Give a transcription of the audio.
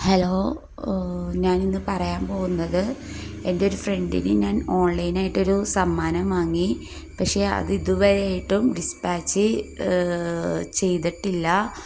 hello ഞാനിന്ന് പറയാൻ പോകുന്നത് എൻ്റെ ഒരു ഫ്രണ്ടിന് ഞാൻ ഓൺലൈനായിട്ടൊരു സമ്മാനം വാങ്ങി പക്ഷേ അത് ഇതുവരെയായിട്ടും ഡിസ്പാച്ച് ചെയ്തിട്ടില്ല